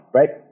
right